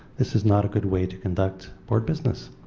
this is not a good way to conduct board business.